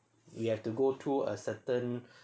you have to go through a certain